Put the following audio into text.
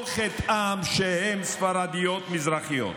כל חטאן שהן ספרדיות מזרחיות.